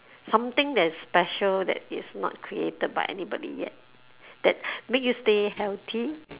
something that is special that is not created by anybody yet that make you stay healthy